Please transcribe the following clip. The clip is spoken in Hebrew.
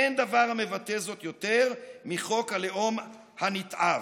אין דבר המבטא זאת יותר מחוק הלאום הנתעב.